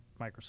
Microsoft